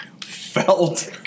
Felt